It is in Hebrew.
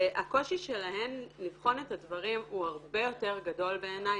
והקושי שלהן לבחון את הדברים הוא הרבה יותר גדול בעיניי